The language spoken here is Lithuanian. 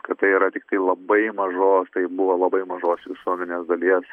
kad tai yra tiktai labai mažos tai buvo labai mažos visuomenės dalies